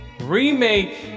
remake